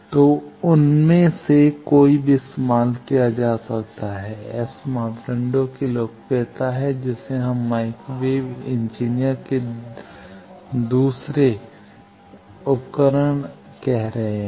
तो उनमें से कोई भी इस्तेमाल किया जा सकता है S मापदंडों की लोकप्रियता है जिसे हम माइक्रो वेव इंजीनियर के दूसरे 2 टूल कह रहे हैं